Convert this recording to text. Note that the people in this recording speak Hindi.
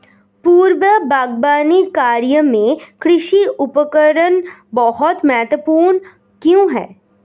पूर्व बागवानी कार्यों में कृषि उपकरण बहुत महत्वपूर्ण क्यों है?